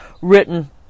written